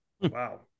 wow